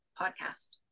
podcast